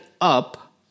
up